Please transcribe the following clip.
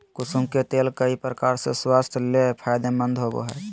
कुसुम के तेल कई प्रकार से स्वास्थ्य ले फायदेमंद होबो हइ